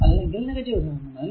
അല്ലെങ്കിൽ നെഗറ്റീവ് ടെർമിൽ